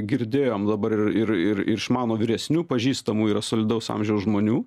girdėjom dabar ir ir iš mano vyresnių pažįstamų yra solidaus amžiaus žmonių